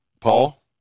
Paul